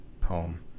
poem